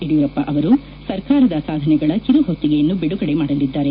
ಯಡಿಯೂರಪ್ಪ ಅವರು ಸರ್ಕಾರದ ಸಾಧನೆಗಳ ಕಿರುಹೊತ್ತಿಗೆಯನ್ನು ಬಿಡುಗಡೆ ಮಾಡಲಿದ್ದಾರೆ